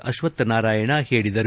ಅಶ್ವತ್ ನಾರಾಯಣ ಹೇಳಿದರು